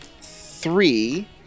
three